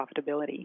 profitability